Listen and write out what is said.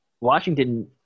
Washington